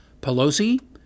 Pelosi